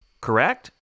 correct